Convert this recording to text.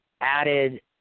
added